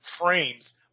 frames